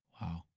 Wow